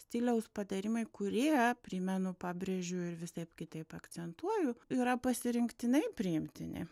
stiliaus patarimai kurie primenu pabrėžiu ir visaip kitaip akcentuoju yra pasirinktinai priimtini